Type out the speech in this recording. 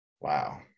Wow